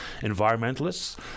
environmentalists